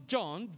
John